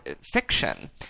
fiction